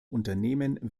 unternehmen